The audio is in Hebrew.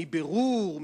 מבירור,